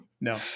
no